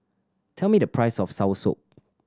tell me the price of soursop